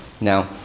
Now